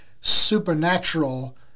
supernatural